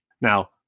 Now